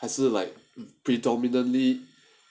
还是 like predominantly